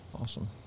Awesome